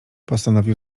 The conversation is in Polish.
postanowił